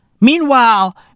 Meanwhile